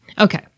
Okay